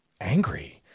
angry